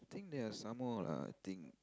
think there are some more lah think